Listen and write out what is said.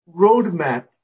roadmap